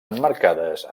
emmarcades